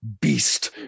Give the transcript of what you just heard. beast